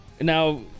Now